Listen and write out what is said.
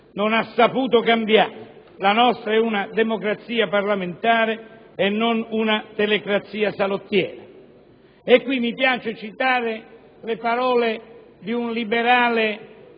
e saputo cambiare. La nostra è una democrazia parlamentare e non una «telecrazia salottiera». Mi piace citare le parole di un liberale